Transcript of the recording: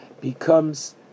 becomes